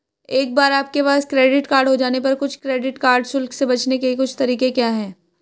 एक बार आपके पास क्रेडिट कार्ड हो जाने पर कुछ क्रेडिट कार्ड शुल्क से बचने के कुछ तरीके क्या हैं?